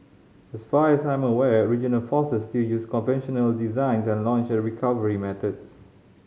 as far as I am aware regional forces still use conventional design and launch and recovery methods